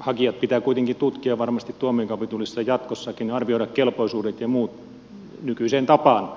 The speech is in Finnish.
hakijat pitää kuitenkin tutkia ja varmasti tuomiokapitulissa jatkossakin arvioida kelpoisuudet ja muut nykyiseen tapaan